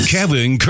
Kevin